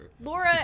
Laura